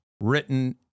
written